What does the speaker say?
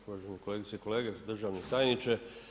Uvažene kolegice i kolege, državni tajniče.